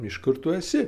iš kur tu esi